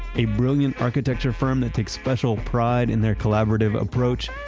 a brilliant architecture firm that takes special pride in their collaborative approach,